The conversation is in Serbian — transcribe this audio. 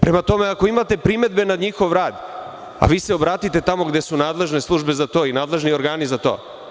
Prema tome, ako imate primedbe na njihov rad, a vi se obratite tamo gde su nadležne službe za to i nadležni organi za to.